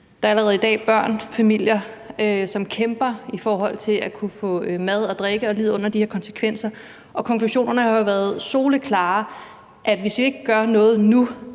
Der er allerede i dag børn og familier, som kæmper for at kunne få mad og drikke og lider under de her konsekvenser, og konklusionerne har jo været soleklare, nemlig at hvis ikke vi gør noget nu